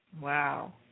Wow